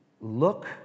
look